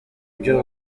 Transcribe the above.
byo